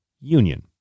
Union